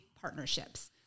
partnerships